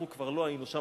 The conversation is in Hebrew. אנחנו כבר לא היינו שם,